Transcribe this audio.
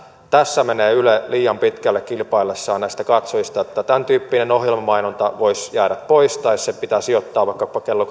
tässä menee yle liian pitkälle kilpaillessaan näistä katsojista niin että tämäntyyppinen ohjelmamainonta voisi jäädä pois tai se pitää sijoittaa vaikkapa kello